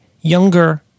Younger